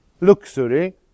luxury